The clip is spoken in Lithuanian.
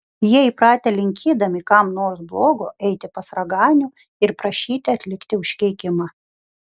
jie įpratę linkėdami kam nors blogo eiti pas raganių ir prašyti atlikti užkeikimą